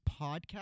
podcast